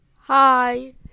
Hi